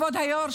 כבוד היו"ר,